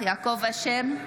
אינו נוכח יעקב אשר,